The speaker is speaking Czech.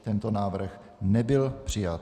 Tento návrh nebyl přijat.